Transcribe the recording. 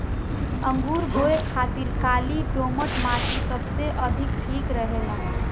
अंगूर बोए खातिर काली दोमट माटी सबसे ठीक रहेला